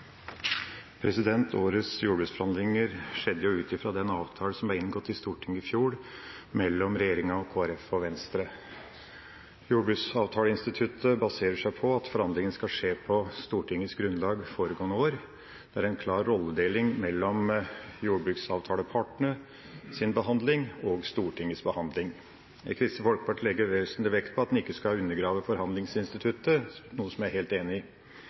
Årets jordbruksforhandlinger skjedde ut ifra den avtalen som ble inngått i Stortinget i fjor mellom regjeringa og Kristelig Folkeparti og Venstre. Jordbruksavtaleinstituttet baserer seg på at forhandlingene skal skje på Stortingets grunnlag foregående år. Det er en klar rolledeling mellom jordbruksavtalepartenes behandling og Stortingets behandling. Kristelig Folkeparti legger vesentlig vekt på at en ikke skal undergrave forhandlingsinstituttet, noe som jeg er helt enig i. Samtidig sier representanten at Kristelig Folkeparti vil ikke blande seg inn i